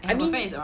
I mean